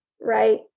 right